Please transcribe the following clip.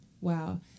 wow